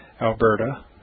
Alberta